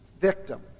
victim